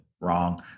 wrong